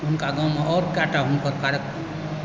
हुनका गाममे आओर कएक टा हुनकर कार्यक्रम